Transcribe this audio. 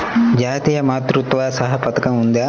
జాతీయ మాతృత్వ సహాయ పథకం ఉందా?